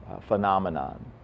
phenomenon